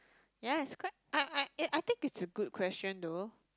ya it's quite I I ya I think is a good question though